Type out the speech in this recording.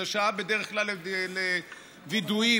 זאת בדרך כלל שעה לווידויים,